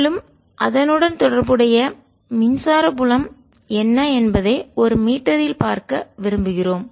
மேலும் அதனுடன் தொடர்புடைய மின்சார புலம் என்ன என்பதை ஒரு மீட்டரில் பார்க்க விரும்புகிறோம்